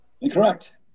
Incorrect